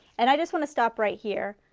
and i just want to stop right here.